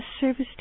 service